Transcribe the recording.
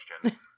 question